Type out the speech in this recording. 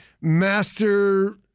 master